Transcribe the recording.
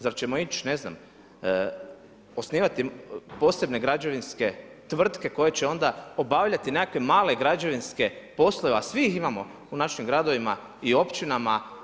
Zar ćemo ići ne znam osnivati posebne građevinske tvrtke koje će onda obavljati nekakve male građevinske poslove, a svi ih imamo u našim gradovima i općinama.